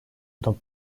dans